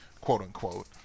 quote-unquote